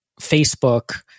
Facebook